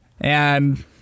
and-